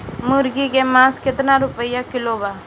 मुर्गी के मांस केतना रुपया किलो बा?